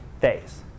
phase